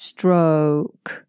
Stroke